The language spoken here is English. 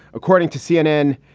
according to cnn,